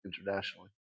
internationally